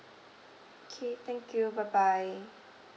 K thank you bye bye